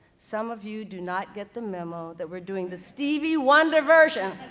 some of you do not get the memo, that we're doing the stevie wonder version,